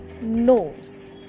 nose